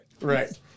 right